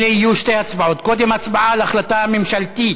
אלה יהיו שתי הצבעות: קודם הצבעה על הצעת החוק הממשלתית.